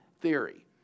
theory